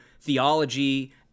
theology